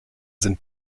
sind